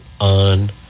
on